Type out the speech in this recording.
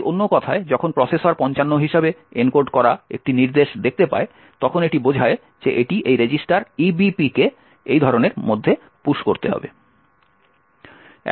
তাই অন্য কথায় যখন প্রসেসর 55 হিসাবে এনকোড করা একটি নির্দেশ দেখতে পায় তখন এটি বোঝায় যে এটি এই রেজিস্টার EBP কে এই ধরণের মধ্যে পুশ করতে হবে